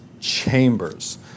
chambers